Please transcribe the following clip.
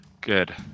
Good